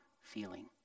feeling